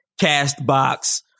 CastBox